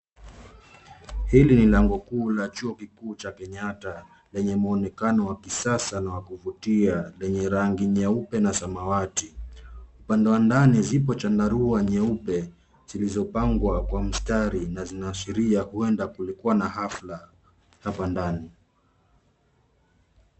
Hili ni lango kuu la chuo kikuu cha Kenyatta lenye muonekano wa kisasa na wa kuvutia, lenye rangi nyeupe na samawati. Upande wa ndani zipo chandarua nyeupe zilizopangwa kwa mstari na zinaashirua huenda kulikuwa na hafla hapa ndani.